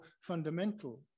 fundamental